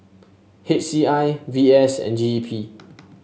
H C I V S and G E P